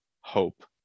hope